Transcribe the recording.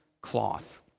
cloth